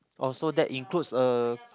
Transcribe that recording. oh so that includes a